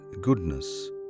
goodness